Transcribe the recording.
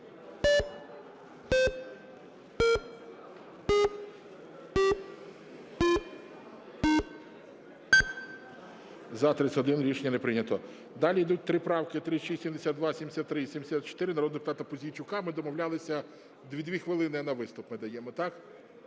За-31 Рішення не прийнято. Далі ідуть три правки: 3672, -73 і -74 народного депутата Пузійчука. Ми домовлялися 2 хвилини на виступ ми даємо, так?